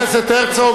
חבר הכנסת הרצוג,